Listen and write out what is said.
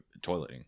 toileting